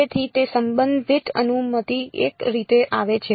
તેથી તે સંબંધિત અનુમતિ એક રીતે આવે છે